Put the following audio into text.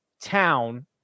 town